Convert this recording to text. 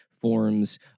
forms